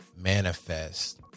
manifest